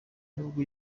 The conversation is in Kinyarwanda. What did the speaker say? nubwo